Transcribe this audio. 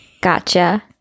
Gotcha